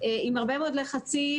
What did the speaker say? עם הרבה מאוד לחצים